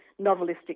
novelistic